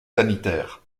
sanitaires